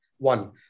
One